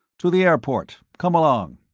to the airport. come along.